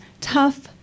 tough